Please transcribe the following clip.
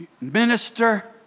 Minister